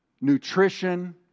nutrition